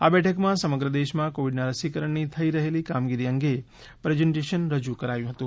આ બેઠકમાં સમગ્ર દેશમાં કોવિડના રસીકરણની થઈ રહેલી કામગીરી અંગે પ્રેઝેન્ટેશન રજૂ કરાયું હતું